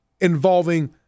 involving